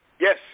yes